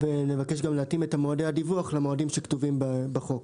נבקש גם להתאים את מועדי הדיווח למועדים שכתובים בחוק.